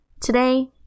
Today